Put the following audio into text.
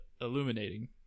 illuminating